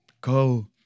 go